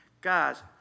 Guys